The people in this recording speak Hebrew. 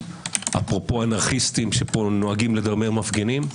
אפרופו אנרכיסטים שנוהגים לדמם מפגינים,